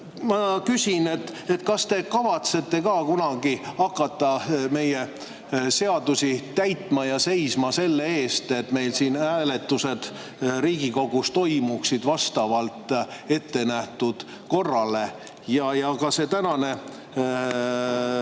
Ma küsin: kas te kavatsete ka kunagi hakata meie seadusi täitma ja seisma selle eest, et hääletused meil siin Riigikogus toimuksid vastavalt ettenähtud korrale. Ka see koosseisu